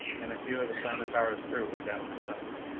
and a few of the planetara's crew were down there somewhere.